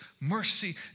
mercy